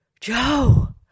Joe